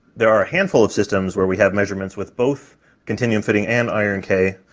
there are a handful of systems where we have measurements with both continuum fitting and iron k,